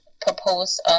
propose